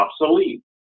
obsolete